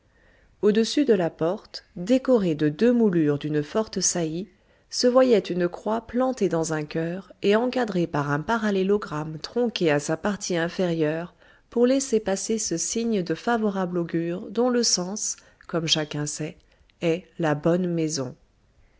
au-dessus de la porte décorée de deux moulures d'une forte saillie se voyait une croix plantée dans un cœur et encadrée par un parallélogramme tronqué à sa partie inférieure pour laisser passer ce signe de favorable augure dont le sens comme chacun sait est la bonne maison